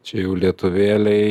čia jau lietuvėlė